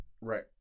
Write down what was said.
Right